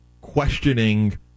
questioning